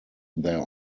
their